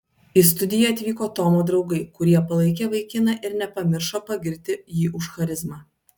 į studiją atvyko tomo draugai kurie palaikė vaikiną ir nepamiršo pagirti jį už charizmą